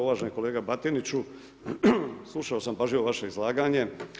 Uvaženi kolega Batiniću, slušao sam pažljivo vaše izlaganje.